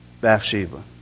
Bathsheba